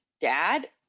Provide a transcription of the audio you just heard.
dad